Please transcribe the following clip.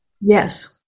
Yes